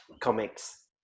comics